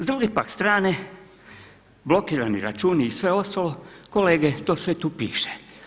S druge pak strane, blokirani računi i sve ostalo, kolege to sve tu piše.